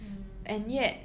mm